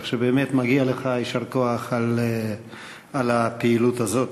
כך שבאמת מגיע לך יישר כוח על הפעילות הזאת.